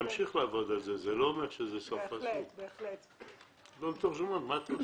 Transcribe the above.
הגשנו צו מתוקן לפי הנחיות הוועדה מהפעם